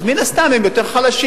אז מן הסתם הם יותר חלשים.